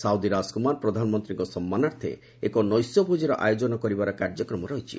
Saudi ରାଜକ୍ରମାର ପ୍ରଧାନମନ୍ତ୍ରୀଙ୍କ ସମ୍ମାନାର୍ଥେ ଏକ ନୈଶ୍ୟଭୋଜିର ଆୟୋଜନ କରିବାର କାର୍ଯ୍ୟକ୍ରମ ରହିଛି